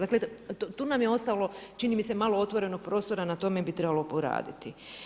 Dakle tu nam je ostalo čini mi se malo otvorenog prostora i na tome bi trebalo poraditi.